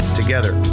together